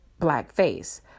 blackface